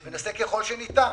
ונעשה ככל שניתן.